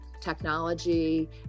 technology